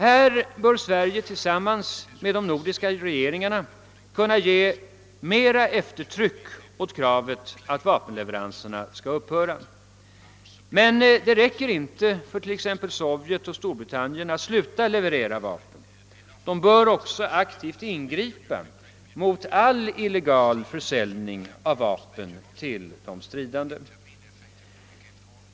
Här bör Sverige tillsammans med de nordiska regeringarna kunna ge mer eftertryck åt kravet att vapenleveranserna skall upphöra. Men det räcker inte för t.ex. Sovjetunionen och Storbritannien att sluta leverera vapen; de bör också aktivt ingripa mot all illegal försäljning av vapen till de stridande.